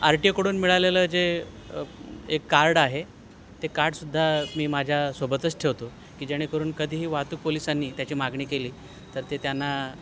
R T ओकडून मिळालेलं जे एक कार्ड आहे ते कार्डसुद्धा मी माझ्या सोबतच ठेवतो की जेणेकरून कधीही वाहतूक पोलिसांनी त्याची मागणी केली तर ते त्यांना